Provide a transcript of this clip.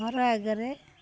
ଘର ଆଗରେ